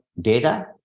data